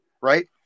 right